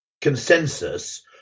consensus